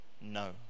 No